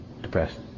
depressed